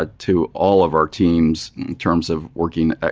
ah to all of our teams in terms of working,